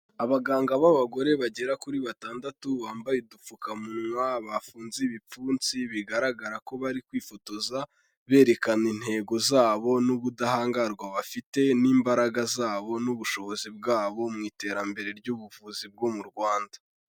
Abaganga b'abagore bagera kuri batandatu, bambaye udupfukamunwa, bafunze ibipfunsi, bigaragara ko bari kwifotoza, berekana intego zabo, n'ubudahangarwa bafite, n'imbaraga zabo, n'ubushobozi bwabo mu iterambere ry'ubuvuzi bwo mu Rwanda.